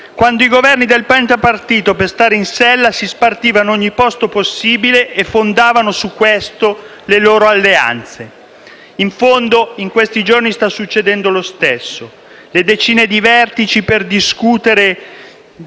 quando i Governi del pentapartito, per stare in sella, si spartivano ogni posto possibile e fondavano su questo le loro alleanze. In fondo in questi giorni sta succedendo lo stesso: decine di vertici per discutere